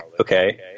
okay